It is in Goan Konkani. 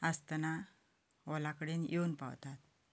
आसतना हॉला कडेन येवन पावतात